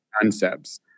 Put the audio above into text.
concepts